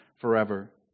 forever